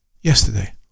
yesterday